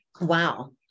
Wow